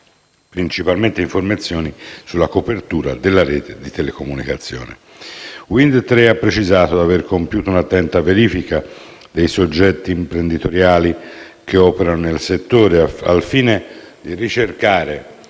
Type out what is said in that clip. (principalmente informazioni sulla copertura della rete di telecomunicazioni). Wind Tre ha precisato di aver compiuto un'attenta verifica dei soggetti imprenditoriali che operano nel settore al fine di ricercare